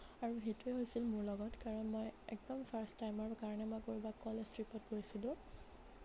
আৰু সেইটোৱেই হৈছিল মোৰ লগত কাৰণ মই একদম ফাৰ্ষ্ট টাইমৰ কাৰণে মই ক'ৰবাত কলেজ ট্ৰিপত গৈছিলোঁ